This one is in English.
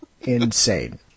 insane